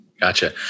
Gotcha